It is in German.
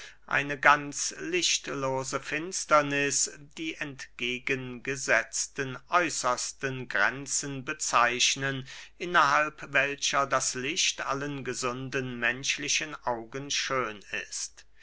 eine ganz lichtlose finsterniß die entgegengesetzten äußersten grenzen bezeichnen innerhalb welcher das licht allen gesunden menschlichen augen schön ist